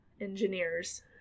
engineers